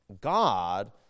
God